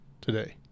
today